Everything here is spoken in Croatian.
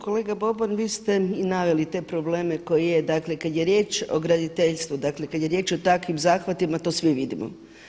Kolega Boban vi ste i naveli te probleme koje je, dakle kada je riječ o graditeljstvu, kad je riječ o takvim zahvatima to svi vidimo.